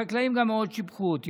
החקלאים גם מאוד שיבחו אותי.